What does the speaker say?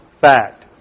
fact